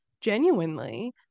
genuinely